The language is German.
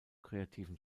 kreativen